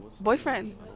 Boyfriend